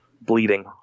bleeding